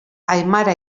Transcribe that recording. aimara